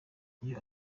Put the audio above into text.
iyo